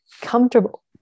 comfortable